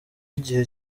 igihe